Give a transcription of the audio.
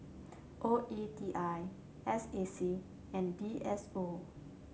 O E T I S A C and D S O